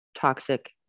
toxic